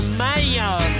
man